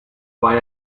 why